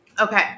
Okay